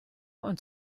und